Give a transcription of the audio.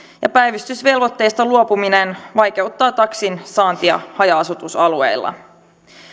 ja päivystysvelvoitteesta luopuminen vaikeuttaa taksinsaantia haja asutusalueilla